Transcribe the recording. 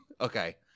Okay